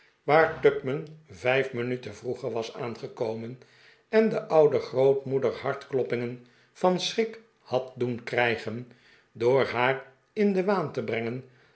waar tupman vijf minuten vroeger was aangckomen en de oude grootmoeder hartkloppingen van schrik had doen krijgen door haar in den waan te brengen